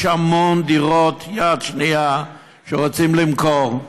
יש המון דירות יד שנייה שרוצים למכור.